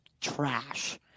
trash